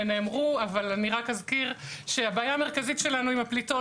הבעיה המרכזית שלנו עם הפליטות,